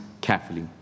carefully